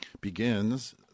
begins